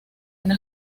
una